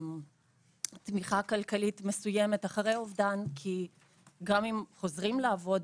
תמיכה כלכלית מסוימת אחרי אובדן כי גם אם חוזרים לעבוד,